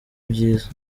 byiza